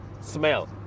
smell